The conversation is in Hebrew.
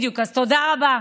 בדיוק, אז תודה רבה.